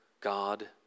god